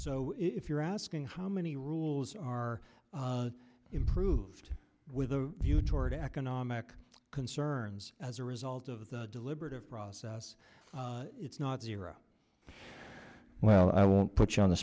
so if you're asking how many rules are improved with a view toward economic concerns as a result of the deliberative process it's not zero well i won't put you on the